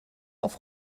auf